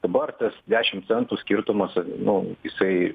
dabar tas dešimt centų skirtumas nu jisai